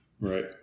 Right